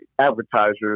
advertisers